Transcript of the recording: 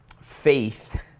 faith